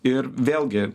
ir vėlgi